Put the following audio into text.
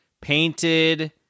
painted